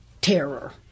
terror